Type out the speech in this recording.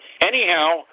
Anyhow